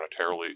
monetarily